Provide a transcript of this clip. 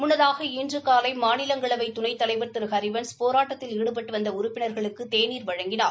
முன்னதாக இன்று காலை மாநிலங்களவை துணைத் தலைவர் திரு ஹரிவன்ஸ் போராட்டத்தில் ஈடுபட்டு வந்த உறுப்பினர்களுக்கு தேநீர் வழங்கினார்